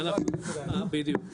בדיוק,